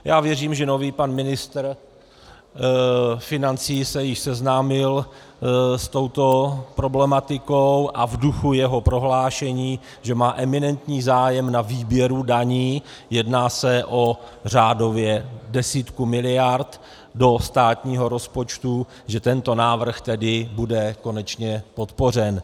Já věřím, že nový pan ministr financí se již seznámil s touto problematikou a v duchu jeho prohlášení, že má eminentní zájem na výběru daní, jedná se o řádově desítku miliard do státního rozpočtu, že tento návrh bude konečně podpořen.